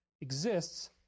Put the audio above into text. exists